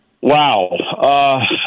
Wow